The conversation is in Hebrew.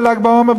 בל"ג בעומר,